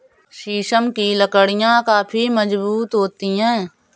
शीशम की लकड़ियाँ काफी मजबूत होती हैं